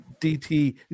DT